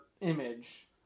image